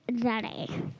Daddy